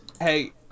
Hey